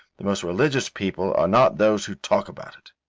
the most religious people are not those who talk about it.